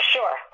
Sure